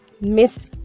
miss